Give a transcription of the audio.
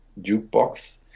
jukebox